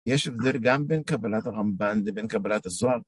יש הבדל גם בין קבלת הרמבן לבין קבלת הזוהר.